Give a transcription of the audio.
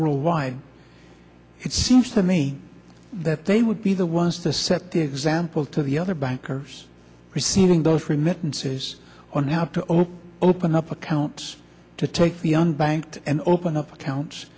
worldwide it seems to me that they would be the was to set the example to the other bankers receiving those remittances on how to over open up accounts to take the owned bank and open up accounts